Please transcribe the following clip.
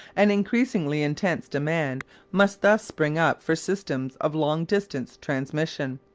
an increasingly intense demand must thus spring up for systems of long distance transmission,